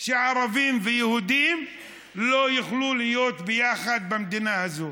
שערבים ויהודים לא יוכלו להיות ביחד במדינה הזאת,